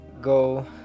go